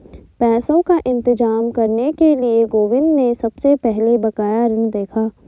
पैसों का इंतजाम करने के लिए गोविंद ने सबसे पहले बकाया ऋण देखा